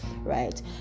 right